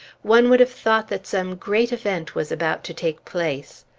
one would have thought that some great event was about to take place.